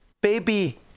baby